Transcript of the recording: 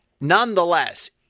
Nonetheless